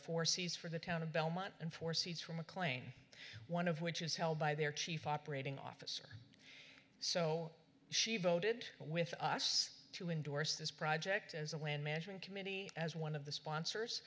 four seats for the town of belmont and four seats for mclean one of which is held by their chief operating officer so she voted with us to endorse this project as a land management committee as one of the sponsors